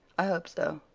i hope so.